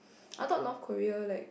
I thought North-Korea like